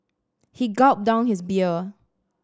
he gulped down his beer